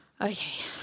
Okay